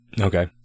Okay